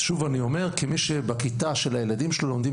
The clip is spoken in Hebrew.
אני אומר כאחד שבכיתה של הילדים שלו לומדים